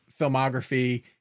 filmography